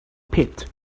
pit